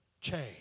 change